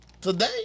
today